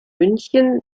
münchen